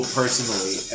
personally